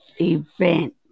event